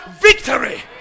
victory